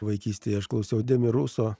vaikystėje aš klausiau demi ruso